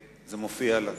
זה מופיע על הצג,